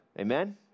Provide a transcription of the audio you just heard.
Amen